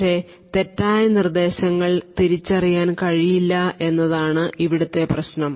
പക്ഷേ തെറ്റായ നിർദ്ദേശങ്ങൾ തിരിച്ചറിയാൻ കഴിയില്ല എന്നതാണ് ഇവിടത്തെ പ്രശ്നം